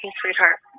sweetheart